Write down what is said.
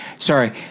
Sorry